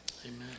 Amen